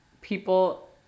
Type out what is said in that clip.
people